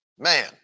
Man